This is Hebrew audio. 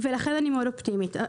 לכן אני מאוד אופטימית.